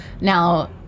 now